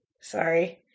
Sorry